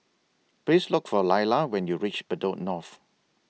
Please Look For Laila when YOU REACH Bedok North